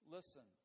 Listen